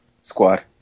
Squad